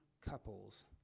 couples